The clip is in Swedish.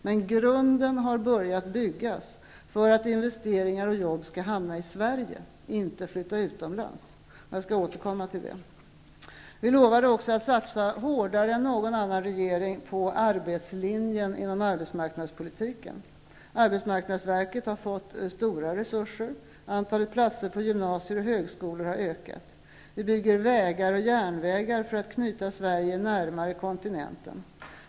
Men grunden har börjat byggas för att investeringar och jobb skall hamna i Sverige och inte flytta utomlands. Jag skall återkomma till det. Vi lovade också att satsa hårdare än någon annan regering på arbetslinjen inom arbetsmarknadspolitiken. AMS har fått stora resurser, och antalet platser på gymnasier och högskolor har ökat. Vi bygger vägar och järnvägar för att knyta Sverige närmare kontinenten.